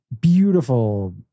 beautiful